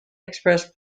express